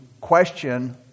question